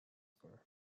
کنن